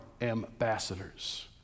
ambassadors